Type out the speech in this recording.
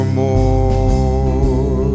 more